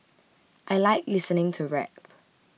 I like listening to rap